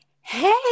hey